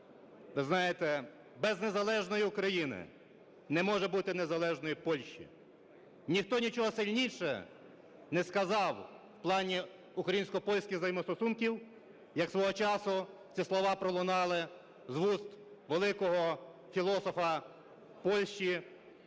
Ви знаєте, без незалежної України не може бути незалежної Польщі. Ніхто нічого сильніше не сказав в плані українсько-польських взаємостосунків, як свого часу ці слова пролунали з вуст великого філософа Польщі